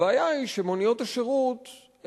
הבעיה שמוניות השירות,